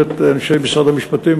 ואת אנשי משרד המשפטים,